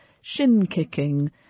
shin-kicking